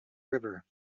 river